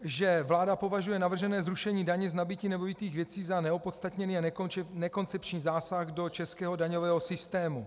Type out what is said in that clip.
že vláda považuje navržené zrušení daně z nabytí nemovitých věcí za neopodstatněný a nekoncepční zásah do českého daňového systému.